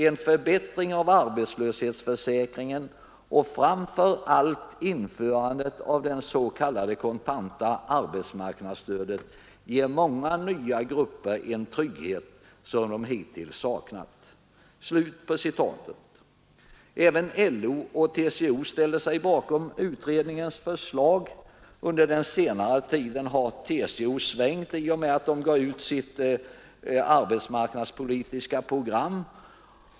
En förbättring av arbetslöshetsförsäkringen och framför allt införandet av det s.k. kontanta arbetsmarknadsstödet ger många grupper en trygghet, som de hittills saknat.” Även LO och TCO ställde sig bakom utredningens förslag. Under den senare tiden har TCO svängt i och med att organisationen gav ut sitt arbetsmarknadspolitiska program.